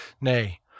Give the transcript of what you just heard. Nay